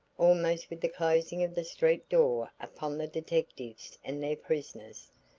almost with the closing of the street door upon the detectives and their prisoners,